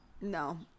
No